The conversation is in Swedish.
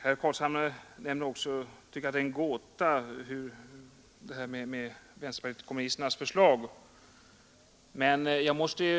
Herr Carlshamre tycker att vänsterpartiet kommunisternas förslag är en gåta.